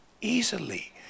easily